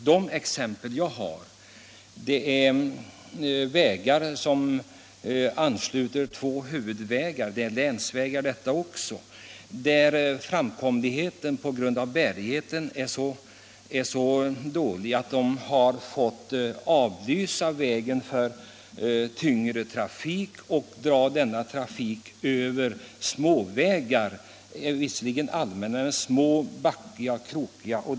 De exempel jag avser gäller vägar som ansluter till två huvudvägar — också dessa är länsvägar — och där framkomligheten på grund av bärigheten är så dålig att man fått avlysa tyngre trafik från vägarna. Man har fått dra denna trafik över visserligen allmänna men små, backiga och krokiga vägar.